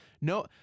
No